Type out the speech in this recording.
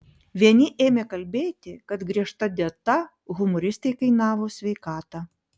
vieni ėmė kalbėti kad griežta dieta humoristei kainavo sveikatą